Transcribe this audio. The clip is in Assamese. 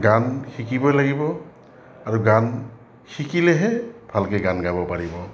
গান শিকিবই লাগিব আৰু গান শিকিলেহে ভালকে গান গাব পাৰিব